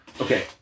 Okay